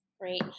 Great